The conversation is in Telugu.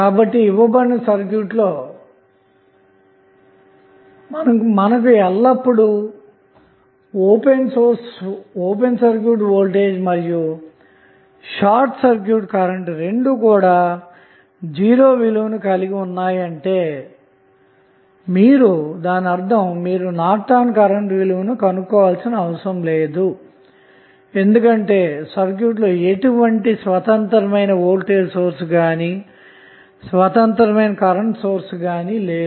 కాబట్టి ఇవ్వబడిన సర్క్యూట్ లో మీకు ఎల్లప్పుడూ ఓపెన్ సర్క్యూట్ వోల్టేజ్ మరియు షార్ట్ సర్క్యూట్ కరెంట్ రెండూ కూడా '0' విలువను కలిగి ఉన్నాయంటే మీరు నార్టన్ కరెంట్ విలువను కనుక్కోవాల్సిన అవసరం లేదు ఎందుకంటే సర్క్యూట్ లో ఎటువంటి స్వతంత్రమైన వోల్టేజ్ సోర్స్ గాని కరెంటు సోర్స్ గాని లేవు